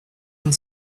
and